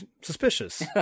suspicious